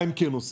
מה הם כן עושים?